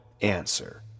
answer